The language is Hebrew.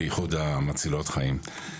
בייחוד המצילות חיים.